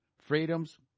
freedoms